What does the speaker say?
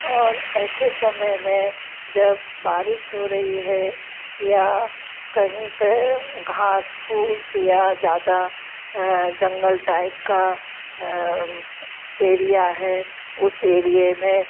और ऐसे समय में जब बारिश हो रही है या कहीं पर घांस फूस या ज़्यादा जंगल टाइप का एरिया है उस एरिये में